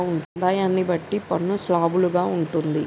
ఆదాయాన్ని బట్టి పన్ను స్లాబులు గా ఉంటుంది